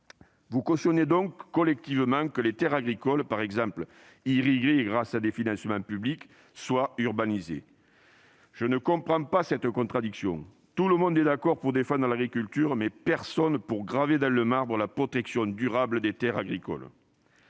Vous cautionnez donc collectivement, mes chers collègues, que des terres agricoles irriguées, par exemple, grâce à des financements publics, soient urbanisées. Je ne comprends pas cette contradiction : tout le monde est d'accord pour défendre l'agriculture, mais personne ne veut graver dans le marbre la protection durable des terres agricoles.